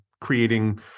creating